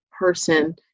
person